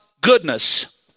goodness